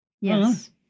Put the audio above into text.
Yes